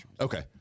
Okay